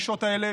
הפגישות האלה,